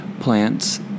plants